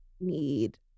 need